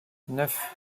neuf